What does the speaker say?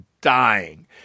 dying